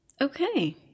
Okay